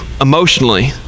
emotionally